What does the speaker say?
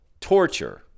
torture—